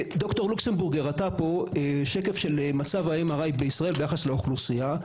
ד"ר לוקסנבורג הראתה פה שקף של מצב ה-MRI בישראל ביחס לאוכלוסייה.